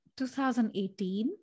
2018